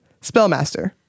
Spellmaster